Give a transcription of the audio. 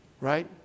right